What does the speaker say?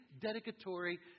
dedicatory